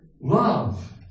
love